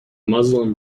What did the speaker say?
muslim